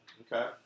Okay